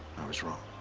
i was wrong.